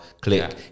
click